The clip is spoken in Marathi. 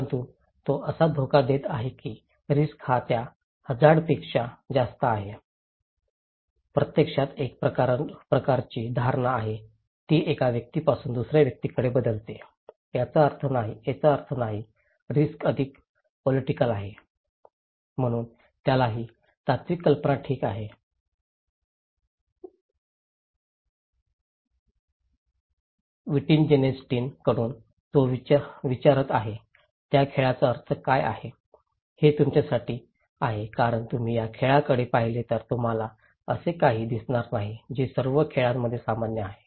परंतु तो असा धोका देत आहे की रिस्क हा त्या हझार्डपेक्षा जास्त आहे प्रत्यक्षात एक प्रकारची धारणा आहे ती एका व्यक्तीपासून दुसर्या व्यक्तीकडे बदलते याचा अर्थ नाही रिस्क अधिक पॉलिटिक आहे म्हणून त्याला ही तात्विक कल्पना ठीक आहे विट्जेन्स्टाईनकडून तो विचारत आहे त्या खेळाचा अर्थ काय आहे हे तुमच्यासाठी आहे कारण तुम्ही या खेळाकडे पाहिले तर तुम्हाला असे काही दिसणार नाही जे सर्व खेळांमध्ये सामान्य आहे